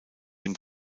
dem